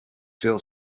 feel